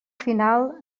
final